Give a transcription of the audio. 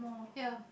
yeah